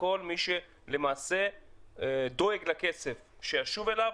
כל מי שלמעשה דוג לכסף שישוב אליו,